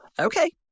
okay